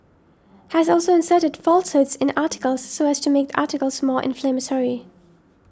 has also inserted falsehoods in articles so as to make the articles more inflammatory